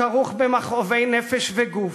הכרוך במכאובי נפש וגוף,